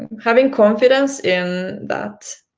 having confidence in that